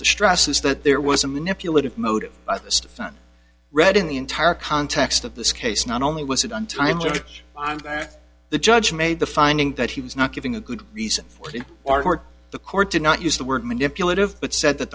to stress is that there was a manipulative motive i just read in the entire context of this case not only was it on time judge the judge made the finding that he was not giving a good reason for to our court the court did not use the word manipulative but said that